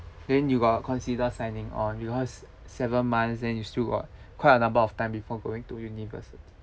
then you got consider signing on because seven months then you still got quite a number of time before going to university